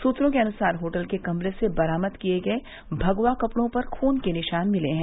सूत्रों के अनुसार होटल के कमरे से बरामद किये गये भगवा कपड़ों पर खुन के निशान मिले हैं